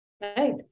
right